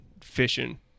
fishing